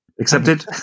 accepted